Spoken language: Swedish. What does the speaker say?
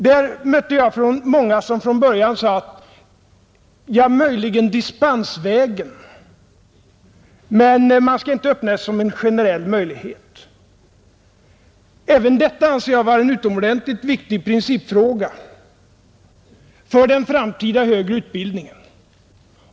Jag mötte därvidlag många som från början sade: Ja, möjligen dispensvägen, men man skall inte öppna detta som en generell möjlighet. Även det anser jag vara en utomordentligt viktig principfråga för den framtida högre utbildningen.